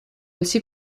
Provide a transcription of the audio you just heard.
aussi